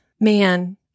man